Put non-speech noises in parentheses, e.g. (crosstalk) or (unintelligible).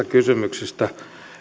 (unintelligible) kysymyksistä